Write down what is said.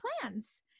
plans